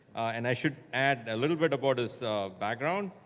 and i should add a little bit about his background.